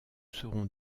seront